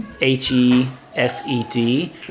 H-E-S-E-D